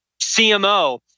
CMO